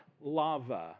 lava